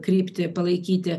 kryptį palaikyti